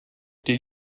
did